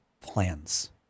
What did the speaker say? Plans